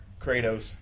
Kratos